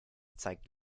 zeigt